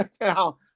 now